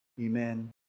Amen